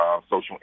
social